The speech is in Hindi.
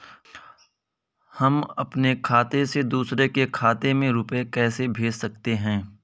हम अपने खाते से दूसरे के खाते में रुपये कैसे भेज सकते हैं?